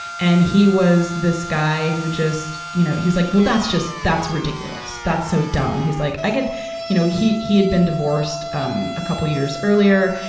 and he was this guy who just, you know, he was like, well, that's just, that's ridiculous. that's so dumb. he's like, i get you know, he he had been divorced, um, a couple of years earlier.